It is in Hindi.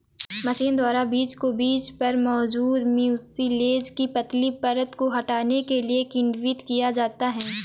मशीन द्वारा बीज को बीज पर मौजूद म्यूसिलेज की पतली परत को हटाने के लिए किण्वित किया जाता है